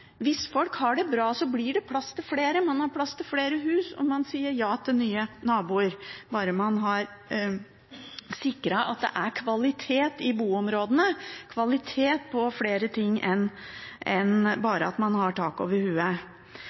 Hvis folk har det bra, blir det plass til flere. Man har plass til flere hus, og man sier ja til nye naboer bare man har sikret at det er kvalitet i boområdene – kvalitet på flere ting enn bare at man har tak over